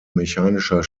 mechanischer